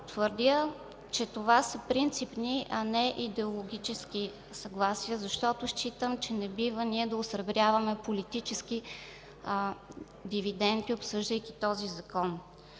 Твърдя, че това са принципни, а не идеологически, защото считам, че не бива ние да осребряваме политически дивиденти, обсъждайки този Закон.